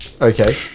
okay